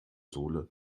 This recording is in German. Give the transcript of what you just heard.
sohle